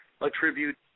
attribute